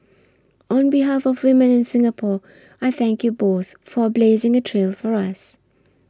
on behalf of women in Singapore I thank you both for blazing a trail for us